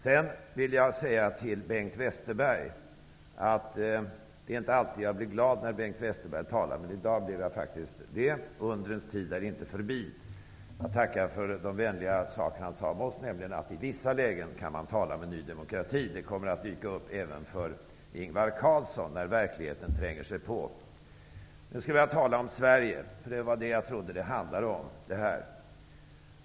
Sedan vill jag säga till Bengt Westerberg att jag inte alltid blir glad när Bengt Westerberg talar, men i dag blev jag faktiskt det. Undrens tid är inte förbi. Jag tackar för de vänliga saker som han sade om oss, bl.a. att man i vissa lägen kan tala med Ny demokrati. Det kommer att bli klart även för Ingvar Carlsson när verkligheten tränger sig på. Jag skulle nu vilja tala om Sverige, eftersom det var det som jag trodde att den här debatten skulle handla om.